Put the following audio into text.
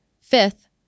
Fifth